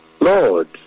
Lord